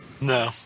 No